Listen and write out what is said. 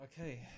Okay